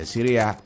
Syria